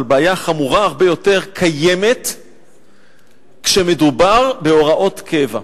אבל בעיה חמורה הרבה יותר קיימת כשמדובר בהוראות קבע.